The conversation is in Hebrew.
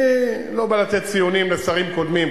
אני לא בא לתת ציונים לשרים קודמים.